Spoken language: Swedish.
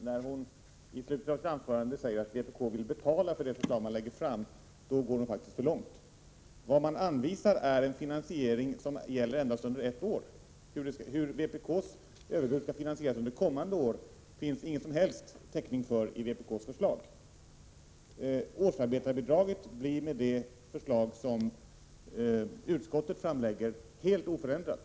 Herr talman! Det var inte min avsikt att begära replik på Inga Lantz anförande. Men när hon i slutet av sitt anförande säger att vpk vill betala för de åtgärder man föreslår går hon faktiskt för långt. Vad man anvisar är en finansiering för endast ett år. Hur vpk:s överbud skall finansieras under kommande år framgår inte på något sätt av vpk:s förslag. Årsarbetarbidraget blir med det förslag som utskottet framlägger helt oförändrat.